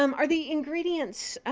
um are the ingredients